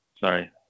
Sorry